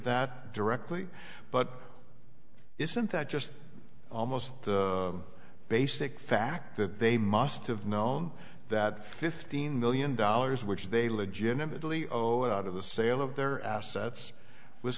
that directly but isn't that just almost a basic fact that they must have known that fifteen million dollars which they legitimately zero out of the sale of their assets was